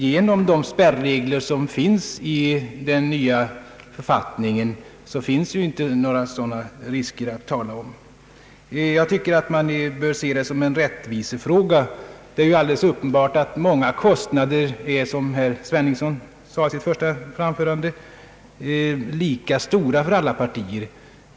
Med de spärregler som införts i den nya författningen finns inte några sådana risker att tala om. Jag tycker att man bör se detta med ett lika stort grundbidrag som en rättvisefråga. Det är alldeles uppenbart att många kostnader är lika stora för alla partier, vilket också herr Sveningsson sade i sitt första anförande.